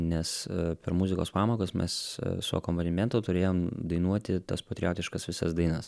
nes per muzikos pamokas mes su akompanimentu turėjom dainuoti tas patriotiškas visas dainas